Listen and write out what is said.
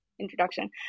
introduction